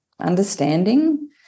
understanding